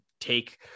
take